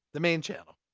the main channel.